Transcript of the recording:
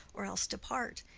or else depart.